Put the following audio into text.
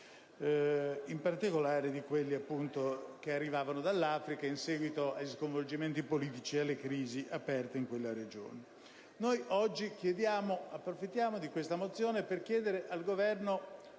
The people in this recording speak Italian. in particolare di quelli provenienti dall'Africa in seguito agli sconvolgimenti politici e alla crisi aperta in quella regione. Oggi approfittiamo di questa mozione per chiedere conto al Governo